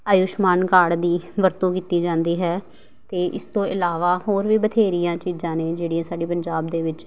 Ayushman card ਦੀ ਵਰਤੋਂ ਕੀਤੀ ਜਾਂਦੀ ਹੈ ਅਤੇ ਇਸ ਤੋਂ ਇਲਾਵਾ ਹੋਰ ਵੀ ਬਥੇਰੀਆਂ ਚੀਜ਼ਾਂ ਨੇ ਜਿਹੜੀਆਂ ਸਾਡੇ ਪੰਜਾਬ ਦੇ ਵਿੱਚ